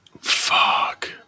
Fuck